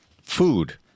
Food